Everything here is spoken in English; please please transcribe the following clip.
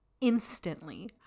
instantly